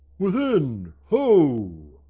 within, ho!